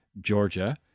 Georgia